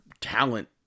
talent